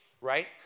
right